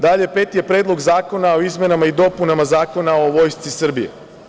Dalje, peti je Predlog zakona o izmenama i dopunama Zakona o Vojsci Srbije.